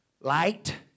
light